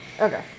Okay